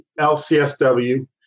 LCSW